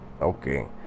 Okay